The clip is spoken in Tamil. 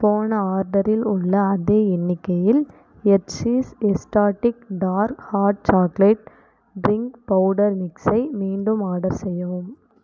போன ஆர்டரில் உள்ள அதே எண்ணிக்கையில் Hershey's exotic dark hot chocolate drink powder மிக்ஸை மீண்டும் ஆர்டர் செய்யவும்